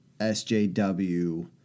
SJW